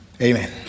Amen